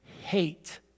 hate